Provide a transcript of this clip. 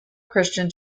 christian